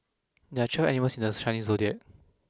there are twelve animals in the Chinese Zodiac